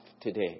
today